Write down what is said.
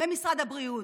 ממשרד הבריאות.